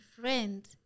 friend